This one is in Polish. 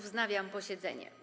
Wznawiam posiedzenie.